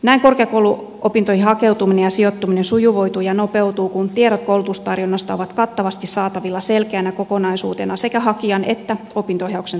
näin korkeakouluopintoihin hakeutuminen ja sijoittuminen sujuvoituu ja nopeutuu kun tiedot koulutustarjonnasta ovat kattavasti saatavilla selkeänä kokonaisuutena sekä hakijan että opinto ohjauksen tarpeisiin